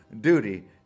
duty